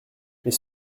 mais